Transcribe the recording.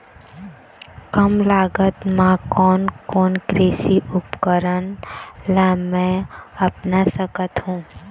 कम लागत मा कोन कोन कृषि उपकरण ला मैं अपना सकथो?